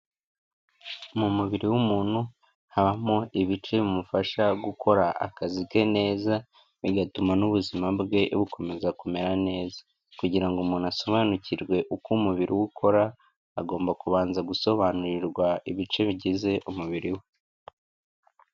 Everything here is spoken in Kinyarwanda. Mu mubiri w'umuntu habamo ibice bimufasha gukora akazi ke neza bigatuma n'ubuzima bwe bukomeza kumera neza. Kugira ngo umuntu asobanukirwe uko umubiri we ukora agomba kubanza gusobanurirwa ibice bigize umubiri we.